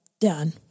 done